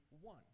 one